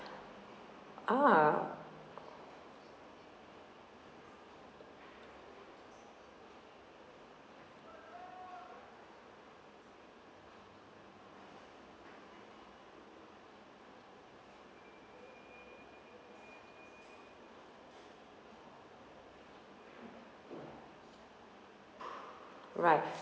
ah right